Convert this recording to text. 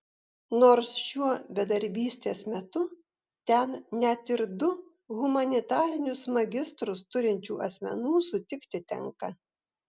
nors šiuo bedarbystės metu ten net ir du humanitarinius magistrus turinčių asmenų sutikti tenka